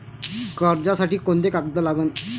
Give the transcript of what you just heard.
कर्जसाठी कोंते कागद लागन?